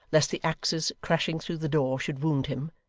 lest the axes crashing through the door should wound him,